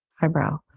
Eyebrow